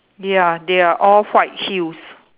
ya they are all white heels